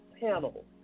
panel